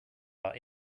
war